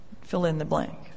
fill-in-the-blank